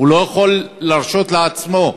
הוא לא יכול להרשות לעצמו.